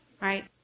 Right